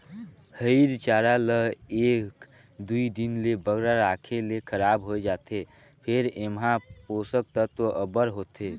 हयिर चारा ल एक दुई दिन ले बगरा राखे ले खराब होए जाथे फेर एम्हां पोसक तत्व अब्बड़ होथे